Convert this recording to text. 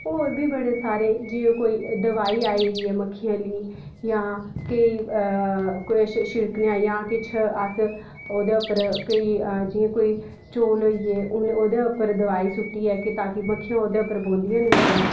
होर बी बड़े सारे जि'यां कोई दवाई आई ए दी मक्खियें आह्ली कोई छिड़कना जां होर बी केस अस ओह्दे उप्पर जि'यां कोई चौल होई ए ओह्दे उप्पर दोआई सु'ट्टियै ताकी मक्खियां ओह्दे उप्पर बौंह्दियां न जेल्लै